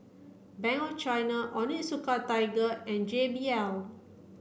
Bank of China Onitsuka Tiger and J B L